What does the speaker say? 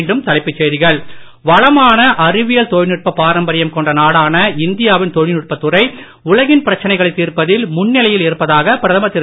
மீண்டும் தலைப்புச் செய்திகள் வளமான அறிவியல் தொழில்நுட்ப பாரம்பரியம் கொண்ட நாடான இந்தியாவின் தொழில்நுட்பத் துறை உலகின் பிரச்சனைகளை தீர்ப்பதில் முன்னிலையில் இருப்பதாக பிரதமர் திரு